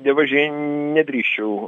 dievaži nedrįsčiau